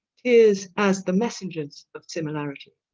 tears as the messengers of similarity.